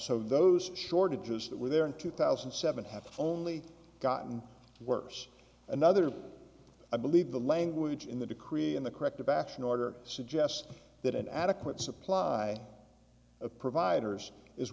so those shortages that were there in two thousand and seven have only gotten worse another i believe the language in the decree in the corrective action order suggests that an adequate supply of providers is